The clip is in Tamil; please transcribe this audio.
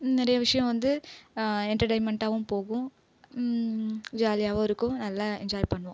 நிறைய விஷயம் வந்து என்டர்டைமெண்ட்டாகவும் போகும் ஜாலியாகவும் இருக்கும் நல்லா என்ஜாய் பண்ணுவோம்